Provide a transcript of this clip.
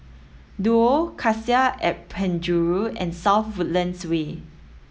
Duo Cassia at Penjuru and South Woodlands Way